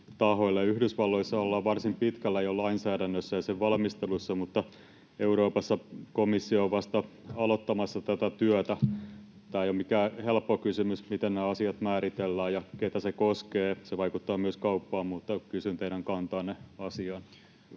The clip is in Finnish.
Yhdysvalloissa ollaan jo varsin pitkällä lainsäädännössä ja sen valmistelussa, mutta Euroopassa komissio on vasta aloittamassa tätä työtä. Ei ole mikään helppo kysymys, miten nämä asiat määritellään ja ketä se koskee — se vaikuttaa myös kauppaan — mutta kysyn teidän kantaanne asiaan.